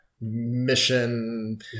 mission